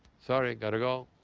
sorry, got to go.